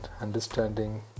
understanding